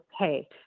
okay